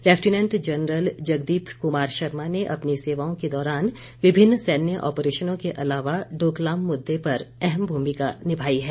lieutenant general Jagdeep Kumar Sharma ने अपनी सेवा के दौरान विभिन्न सैन्य ऑपरेशनों के अलावा डोकलाम मुद्दे पर अहम भूमिका निभाई है